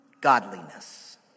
godliness